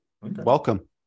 Welcome